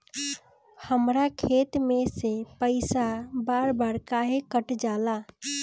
हमरा खाता में से पइसा बार बार काहे कट जाला?